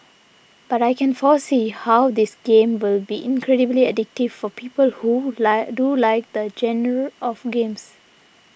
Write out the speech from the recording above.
but I can foresee how this game will be incredibly addictive for people who like do like the genre of games